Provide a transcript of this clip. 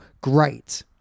great